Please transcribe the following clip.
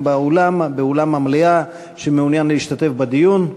באולם המליאה שמעוניין להשתתף בדיון.